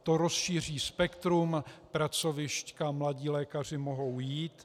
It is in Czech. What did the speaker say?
To rozšíří spektrum pracovišť, kam mladí lékaři mohou jít.